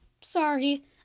sorry